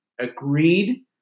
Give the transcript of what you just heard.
agreed